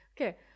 Okay